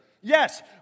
Yes